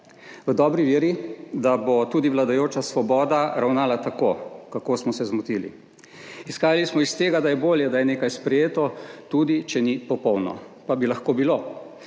v dobri veri, da bo tudi vladajoča Svoboda ravnala tako. Kako smo se zmotili. Izhajali smo iz tega, da je bolje, da je nekaj sprejeto, tudi če ni popolno, pa bi lahko bilo.